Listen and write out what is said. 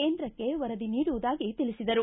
ಕೇಂದ್ರಕ್ಕೆ ವರದಿ ನೀಡುವುದಾಗಿ ತಿಳಿಸಿದರು